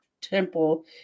temple